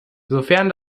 sofern